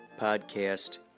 podcast